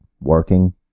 working